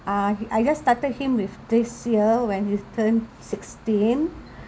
uh I just started him with this year when he turned sixteen